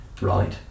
Right